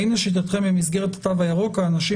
האם לשיטתכם במסגרת התו הירוק האנשים